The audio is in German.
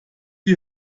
wir